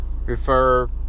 Refer